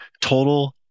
total